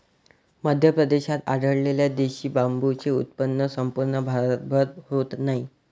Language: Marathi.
मध्य प्रदेशात आढळलेल्या देशी बांबूचे उत्पन्न संपूर्ण भारतभर होत नाही